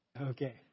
okay